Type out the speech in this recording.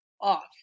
off